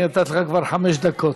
אני נתתי לך כבר חמש דקות.